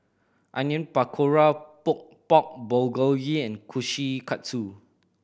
Onion Pakora Pork Bulgogi Kushikatsu